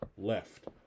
left